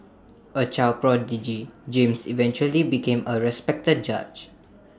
A child prodigy James eventually became A respected judge